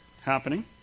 happening